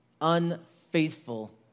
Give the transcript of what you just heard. unfaithful